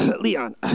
Leon